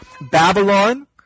Babylon